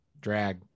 Drag